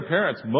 parents